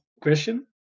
question